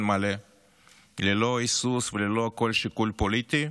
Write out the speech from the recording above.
מלא ללא היסוס וללא כל שיקול פוליטי,